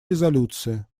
резолюции